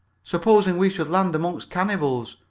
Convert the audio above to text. supposing we should land among cannibals!